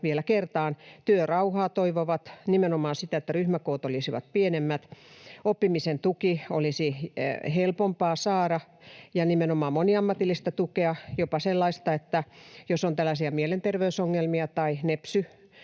vielä kertaan: Työrauhaa toivovat, nimenomaan sitä, että ryhmäkoot olisivat pienemmät, oppimisen tukea olisi helpompaa saada, nimenomaan moniammatillista tukea, jopa sellaista, että jos on tällaisia mielenterveysongelmia tai nepsy-